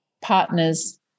partners